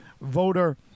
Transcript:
voter